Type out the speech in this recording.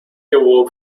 awoke